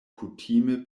kutime